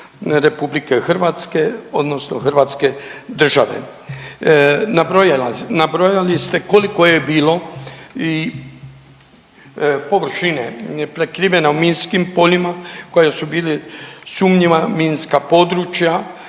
posebnu skrb RH odnosno hrvatske države. Nabrojali ste koliko je bilo i površine prekriveno minskim poljima koje su bili sumnjiva minska područja,